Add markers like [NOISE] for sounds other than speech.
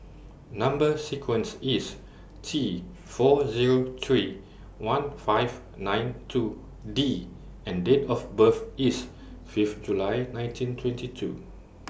Number sequence IS T four Zero three one five nine two D and Date of birth IS Fifth July nineteen twenty two [NOISE]